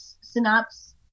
synopsis